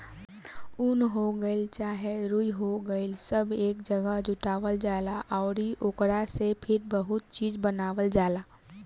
उन हो गइल चाहे रुई हो गइल सब एक जागह जुटावल जाला अउरी ओकरा से फिर बहुते चीज़ बनावल जाला